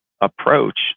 approach